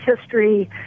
history